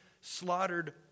slaughtered